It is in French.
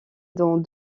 dans